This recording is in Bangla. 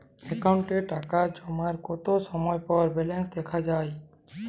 অ্যাকাউন্টে টাকা জমার কতো সময় পর ব্যালেন্স দেখা যাবে?